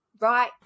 Right